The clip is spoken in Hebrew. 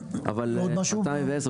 מיליון.